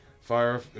Fire